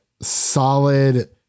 solid